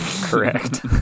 Correct